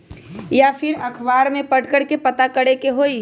या फिर अखबार में पढ़कर के पता करे के होई?